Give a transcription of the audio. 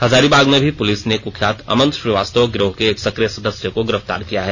हजारीबाग में भी पुलिस ने कुख्यात अमन श्रीवास्तव गिरोह के एक सक्रिय सदस्य को गिरफ्तार किया है